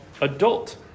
adult